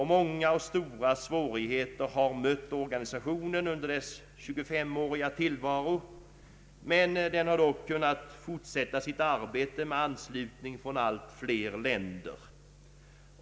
Många och stora svårigheter har mött organisationen under dess 25-åriga tillvaro, men den har kunnat fortsätta sitt arbete med anslutning från allt fler länder.